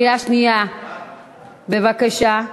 שנייה, בבקשה.